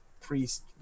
priest